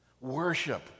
Worship